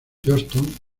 johnston